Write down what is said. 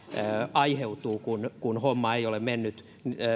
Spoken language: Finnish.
aiheutuu kun kun homma ei ole mennyt